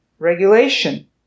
regulation